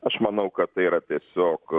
aš manau kad tai yra tiesiog